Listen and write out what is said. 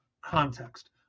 context